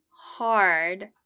hard